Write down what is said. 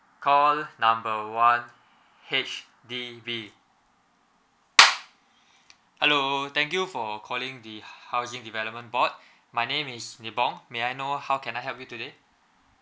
call number one H_D_B hello thank you for calling the housing development board my name is nebong may I know how can I help you today